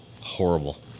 Horrible